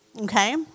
Okay